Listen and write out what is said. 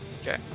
okay